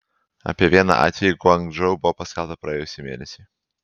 apie vieną atvejį guangdžou buvo paskelbta praėjusį mėnesį